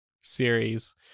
series